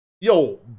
Yo